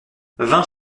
vingt